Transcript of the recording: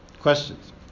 Questions